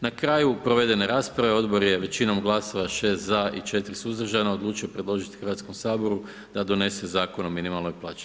Na kraju provedene rasprave odbor je većinom glasova 6 za i 4 suzdržana odlučio predložiti Hrvatskom saboru da donese Zakon o minimalnoj plaći.